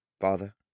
father